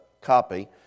copy